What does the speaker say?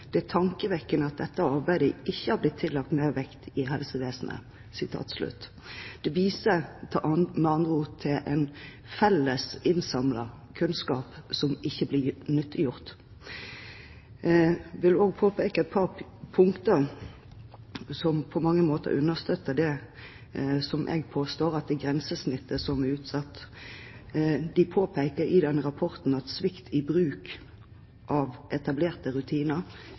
Det er tankevekkende at dette arbeidet ikke har blitt tillagt mer vekt i helsevesenet.» Det vises med andre ord til en felles innsamlet kunnskap som ikke blir nyttiggjort. Jeg vil også peke på et par punkter som på mange måter understøtter det som jeg påstår er grensesnittet som er utsatt. Det påpekes i denne rapporten at svikt i bruk av etablerte rutiner